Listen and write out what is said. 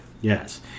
Yes